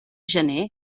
gener